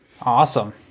awesome